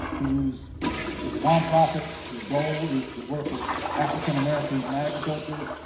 who's is a non-profit whose goal is to work with african americans in agriculture,